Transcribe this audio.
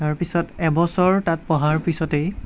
তাৰপিছত এবছৰ তাত পঢ়াৰ পিছতেই